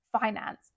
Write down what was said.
finance